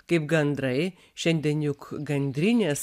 kaip gandrai šiandien juk gandrinės